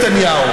תודה רבה.